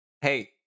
Hey